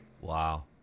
Wow